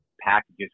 packages